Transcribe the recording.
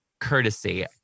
courtesy